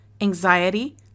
anxiety